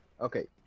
okay